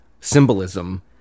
symbolism